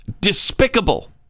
despicable